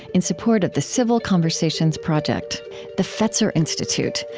in support of the civil conversations project the fetzer institute,